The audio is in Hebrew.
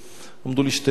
עמדו לפני שתי שאלות.